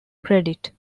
credit